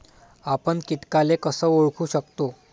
आपन कीटकाले कस ओळखू शकतो?